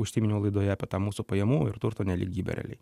užsiminiau laidoje apie tą mūsų pajamų ir turto nelygybę realiai